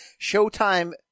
Showtime